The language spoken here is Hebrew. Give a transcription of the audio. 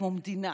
כמו מדינה.